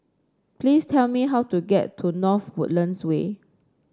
please tell me how to get to North Woodlands Way